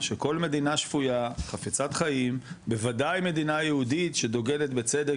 שכל מדינה שפויה חפצת חיים בוודאי מדינה יהודית שדוגלת בצדק